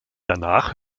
danach